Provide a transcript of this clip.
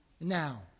Now